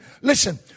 Listen